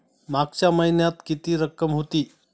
मागच्या महिन्यात किती रक्कम होती?